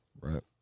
Right